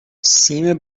سیم